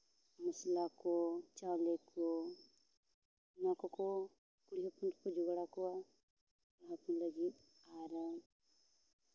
ᱢᱚᱥᱞᱟ ᱠᱚ ᱪᱟᱣᱞᱮ ᱠᱚ ᱱᱚᱣᱟ ᱠᱚᱠᱚ ᱠᱩᱲᱤ ᱦᱚᱯᱚᱱ ᱠᱚᱠᱚ ᱡᱳᱜᱟᱲ ᱟᱠᱚᱣᱟ ᱟᱠᱚ ᱞᱟᱹᱜᱤᱫ ᱟᱨ